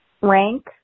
Rank